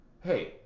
Hey